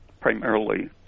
primarily